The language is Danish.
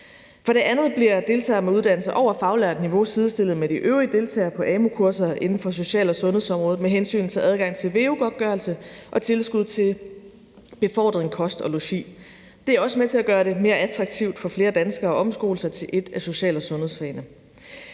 For det andet bliver deltagere med uddannelse over fagligt niveau sidestillet med de øvrige deltagere på amu-kurser inden for social- og sundhedsområdet med hensyn til adgang til veu-godtgørelse og tilskud til befordring, kost og logi. Det er også med til at gøre det mere attraktivt for flere danskere at omskole sig til et af social- og sundhedsfagene.